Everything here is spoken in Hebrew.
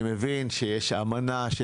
אני מבין שיש אמנה.